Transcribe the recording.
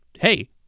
hey